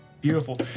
Beautiful